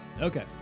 Okay